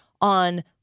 on